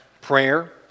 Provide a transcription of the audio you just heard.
prayer